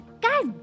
guy's